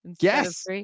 Yes